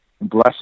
blessed